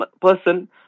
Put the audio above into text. person